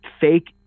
fake